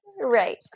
Right